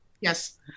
Yes